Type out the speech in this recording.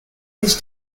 his